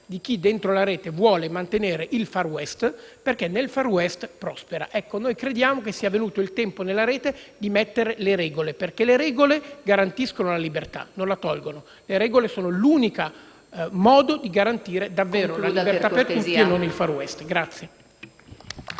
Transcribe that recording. di chi dentro la Rete vuole mantenere il *far west*, perché in tale condizione prospera. Ecco, noi crediamo che sia venuto il tempo di mettere le regole nella Rete, perché le regole garantiscono la libertà, non la tolgono; le regole sono l'unico modo di garantire davvero la libertà per tutti e non il *far west*